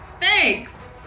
Thanks